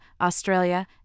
Australia